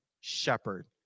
shepherd